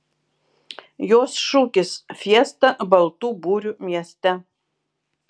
jos šūkis fiesta baltų burių mieste